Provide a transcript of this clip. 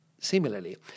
Similarly